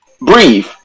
Breathe